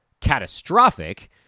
catastrophic